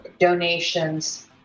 donations